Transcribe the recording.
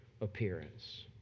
appearance